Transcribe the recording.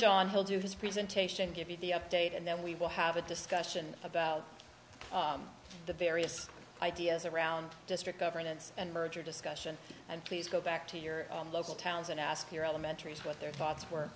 john hill do his presentation give you the update and then we will have a discussion about the various ideas around district governance and merger discussion and please go back to your local towns and ask your elementary is what their thoughts were